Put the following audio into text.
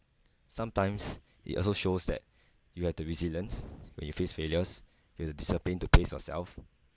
sometimes it also shows that you have the resilience when you face failures you have the discipline to pace yourself